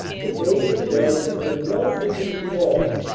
the day's advance had been relatively small,